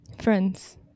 friends